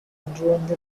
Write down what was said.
undergoing